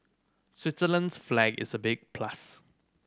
Switzerland's flag is a big plus